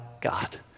God